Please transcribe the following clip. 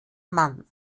man